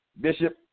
Bishop